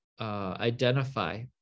identify